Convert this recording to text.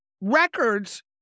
Records